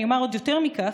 אני אומר עוד יותר מכך: